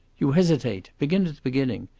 you hesitate. begin at the beginning.